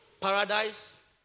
Paradise